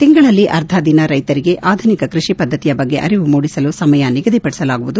ತಿಂಗಳಲ್ಲಿ ಅರ್ಧ ದಿನ ರೈತರಿಗೆ ಆಧುನಿಕ ಕೃಷಿ ಪದ್ಧತಿಯ ಬಗ್ಗೆ ಅರಿವು ಮೂಡಿಸಲು ಸಮಯ ನಿಗದಿಪಡಿಸಲಾಗುವುದು